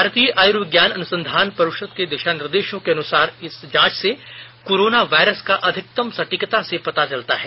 भारतीय आयुर्विज्ञान अनुसंधान परिषद के दिशा निर्देशों के अनुसार इस जांच से कोरोना वायरस का अधिकतम सटीकता से पता चलता है